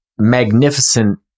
Magnificent